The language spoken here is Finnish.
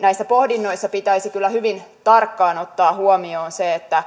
näissä pohdinnoissa pitäisi kyllä hyvin tarkkaan ottaa huomioon se että